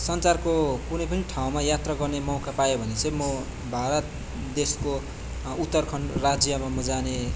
संसारको कुनै पनि ठाउँमा यात्रा गर्ने मौका पायो भने चाहिँ म भारत देशको उत्तरखण्ड राज्यमा म जाने